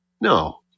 No